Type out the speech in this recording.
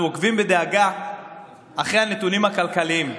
אנחנו עוקבים בדאגה אחרי הנתונים הכלכליים.